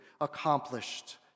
accomplished